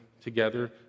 together